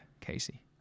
Casey